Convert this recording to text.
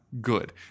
good